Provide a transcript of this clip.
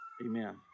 Amen